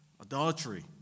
adultery